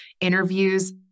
interviews